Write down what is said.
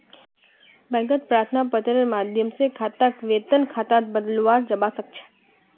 बैंकत प्रार्थना पत्रेर माध्यम स खाताक वेतन खातात बदलवाया जबा स ख छ